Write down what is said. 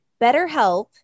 BetterHelp